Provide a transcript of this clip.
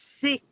six